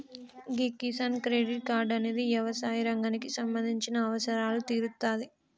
గీ Kisan credit card అనేది యవసాయ రంగానికి సంబంధించిన అవసరాలు తీరుత్తాది